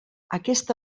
aquesta